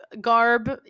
garb